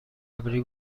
ابری